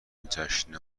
جشن